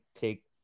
take